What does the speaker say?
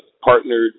partnered